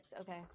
Okay